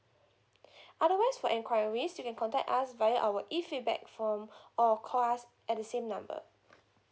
otherwise for enquiries you can contact us via our e feedback form or call us at the same number